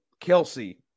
Kelsey